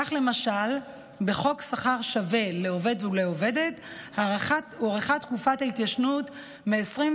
כך למשל בחוק שכר שווה לעובד ולעובדת הוארכה תקופת ההתיישנות מ-24